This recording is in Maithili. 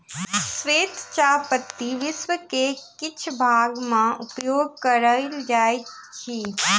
श्वेत चाह पत्ती विश्व के किछ भाग में उपयोग कयल जाइत अछि